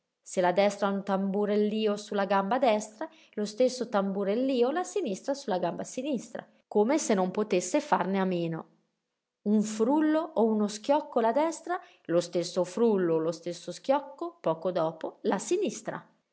se la destra un tamburellío su la gamba destra lo stesso tamburellío la sinistra su la gamba sinistra come se non potesse farne a meno un frullo o uno schiocco la destra lo stesso frullo o lo stesso schiocco poco dopo la sinistra